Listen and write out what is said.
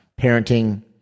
parenting